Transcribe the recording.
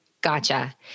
Gotcha